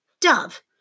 Dove